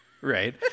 Right